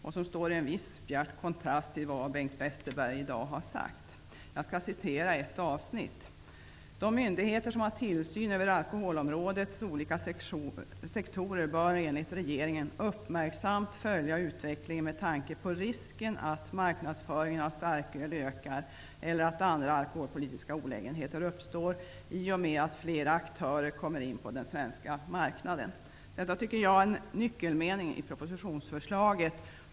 Det står i en viss bjärt kontrast till vad Bengt Westerberg har sagt i dag. Jag skall citera ett avsnitt: ''De myndigheter som har tillsyn över alkoholområdets olika sektorer bör, enligt regeringen, uppmärksamt följa utvecklingen med tanke på risken att marknadsföringen av starköl ökar eller att andra alkoholpolitiska olägenheter uppstår i och med att flera aktörer kommer in på den svenska marknaden.'' Detta tycker jag är en nyckelmening i propositionsförslaget.